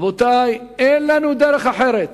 רבותי, אין לנו דרך אחרת